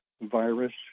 virus